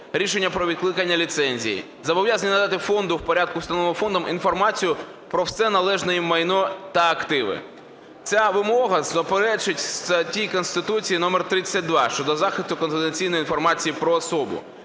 рішення про відкликання ліцензії, зобов'язані надати фонду в порядку, встановленому фондом, інформацію про все належне їм майно та активи. Ця вимога суперечить статті Конституції номер 32 щодо захисту конституційної інформації про особу